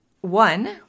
One